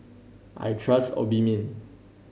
I trust Obimin